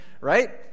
right